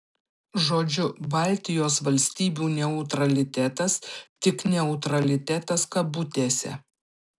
žodžiu baltijos valstybių neutralitetas tik neutralitetas kabutėse